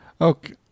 Okay